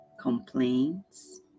complaints